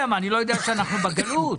הוא לא יודע שאני בגלות?